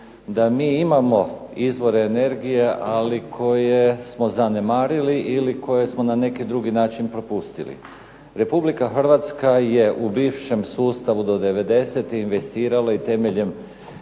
da mi imamo izvore energije, ali koje smo zanemarili ili koje smo na neki drugi način propustili. Republika Hrvatska je u bivšem sustavu do '90. investirala i temeljem